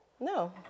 No